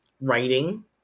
writing